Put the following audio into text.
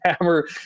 hammer